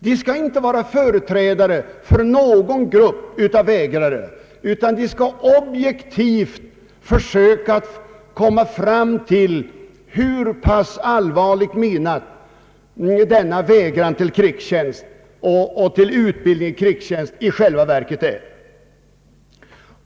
De skall inte vara företrädare för någon grupp av värnpliktsvägrare, utan de skall objektivt försöka komma fram till hur pass allvarligt menad en vägran att göra krigstjänst och deltagandet i utbildning för krigstjänst i själva verket är.